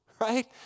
right